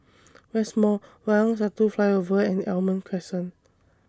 West Mall Wayang Satu Flyover and Almond Crescent